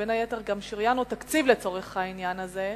ובין היתר גם שריינו תקציב לצורך העניין הזה,